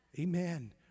Amen